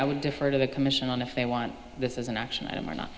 i would defer to the commission on if they want this is an action item or not